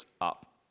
up